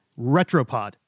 Retropod